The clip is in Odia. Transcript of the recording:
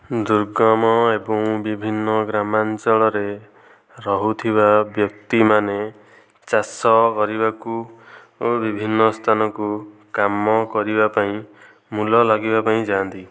ଦୁର୍ଗମ ଏବଂ ବିଭିନ୍ନ ଗ୍ରାମାଞ୍ଚଳରେ ରହୁଥିବା ବ୍ୟକ୍ତିମାନେ ଚାଷ କରିବାକୁ ବିଭିନ୍ନ ସ୍ଥାନକୁ କାମ କରିବା ପାଇଁ ମୂଲ ଲାଗିବା ପାଇଁ ଯାଆନ୍ତି